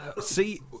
See